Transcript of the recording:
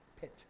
Pit